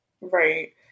Right